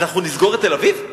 אנחנו נסגור את תל-אביב?